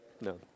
no